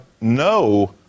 no